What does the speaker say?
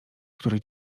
który